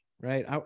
right